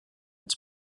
its